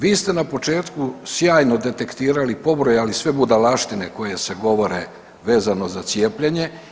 Vi ste na početku sjajno detektirali, pobrojali sve budalaštine koje se govore vezano za cijepljenje.